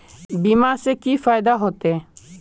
बीमा से की फायदा होते?